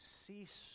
cease